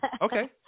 Okay